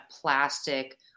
plastic